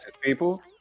people